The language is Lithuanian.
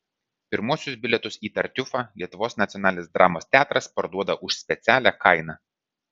pirmuosius bilietus į tartiufą lietuvos nacionalinis dramos teatras parduoda už specialią kainą